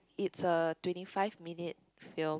it's a twenty five minute film